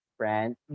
friend